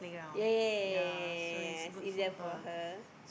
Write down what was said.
ya ya ya ya ya ya ya yes is that for her